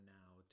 now